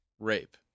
Rape